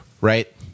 right